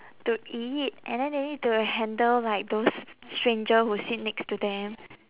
to eat and then they need to handle like those s~ stranger who sit next to them